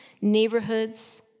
neighborhoods